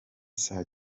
saa